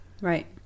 Right